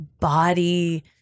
body